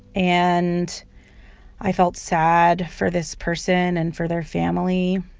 and i felt sad for this person and for their family.